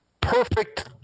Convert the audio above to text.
Perfect